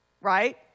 right